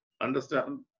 Understand